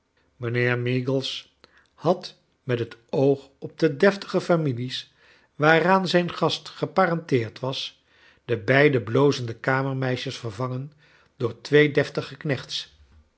mijnheer meagles had met het oog op de deftige families waaraan zijn gast geparenteerd was de beide blozende kamermeisjes vervangen door twee